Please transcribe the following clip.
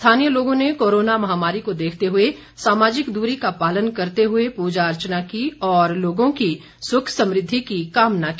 स्थानीय लोगों ने कोरोना महामारी को देखते हुए सामाजिक दूरी का पालन करते हुए पूजा अर्चना की और लोगों की सुख समृद्धि की कामना की